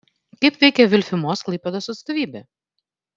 kaip veikia vilfimos klaipėdos atstovybė